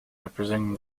representing